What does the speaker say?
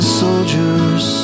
soldiers